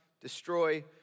destroy